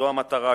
זו המטרה.